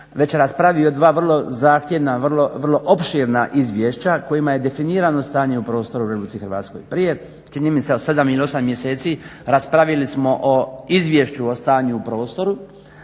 već raspravio dva vrlo zahtjevna, vrlo opširna izvješća kojima je definirano stanje u prostoru u Republici Hrvatskoj. Prije čini mi se 7 ili 8 mjeseci raspravili smo o izvješću o stanju u prostoru,